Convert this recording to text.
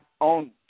own